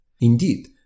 Indeed